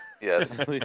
Yes